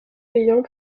payants